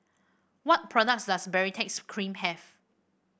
what products does Baritex Cream have